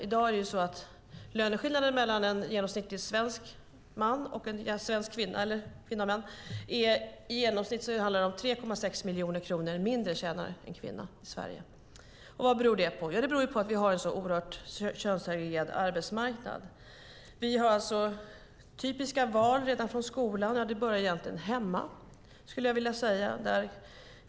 Skillnaden i livsinkomst mellan en genomsnittlig svensk man och en svensk kvinna är 3,6 miljoner kronor. Så mycket mindre tjänar en kvinna i Sverige. Vad beror detta på? Det beror på att vi har en så oerhört könssegregerad arbetsmarknad. Det sker typiska val redan i skolan, ja det börjar egentligen hemma.